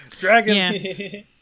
dragons